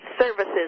services